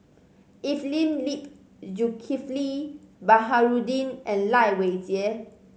Evelyn Lip Zulkifli Baharudin and Lai Weijie